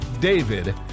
David